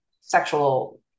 sexual